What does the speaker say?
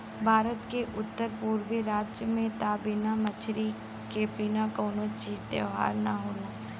भारत के उत्तर पुरबी राज में त बिना मछरी के बिना कवनो तीज त्यौहार ना होला